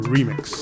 Remix